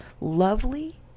lovely